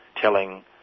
telling